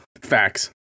Facts